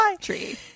tree